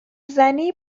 زنی